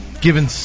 given